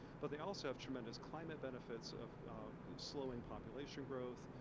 but they also have tremendous climate benefits of slowing population growth,